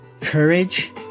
Courage